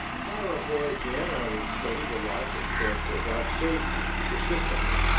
if i were a boy again i would study the life and character of our saviour, persistently,